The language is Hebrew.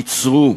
עצרו,